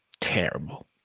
terrible